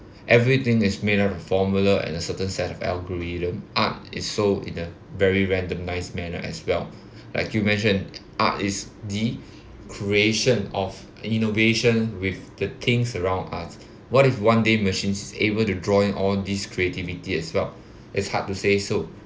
everything is made up of formula and a certain set of algorithm art is so in a very random nice manner as well like you mentioned art is the creation of innovation with the things around us what if one day machine is able to draw in all these creativity as well it's hard to say so